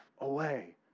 away